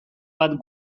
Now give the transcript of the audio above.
bat